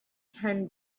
ten